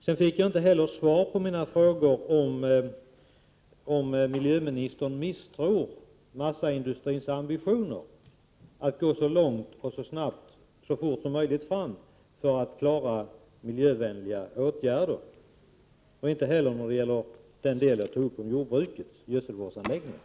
Jag fick inte svar på mina frågor om miljöministern misstror massaindustrins ambitioner, att man vill gå så fort och så långt det är möjligt för att klara miljövänliga åtgärder. Miljöministern svarade inte heller på frågan om jordbruket och gödselvårdsanläggningar.